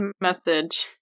message